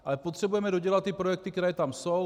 Ale potřebujeme dodělat ty projekty, které tam jsou.